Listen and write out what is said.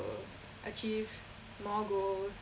achieve more goals